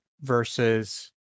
versus